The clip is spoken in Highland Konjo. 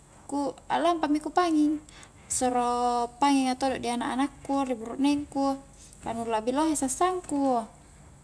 Ku aklampa mi ku panging soro panginga todo di anak-anakku, ri burukneng ku ka nu labbi lohe sassang ku